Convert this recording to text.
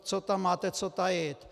Co tam máte co tajit?